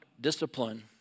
discipline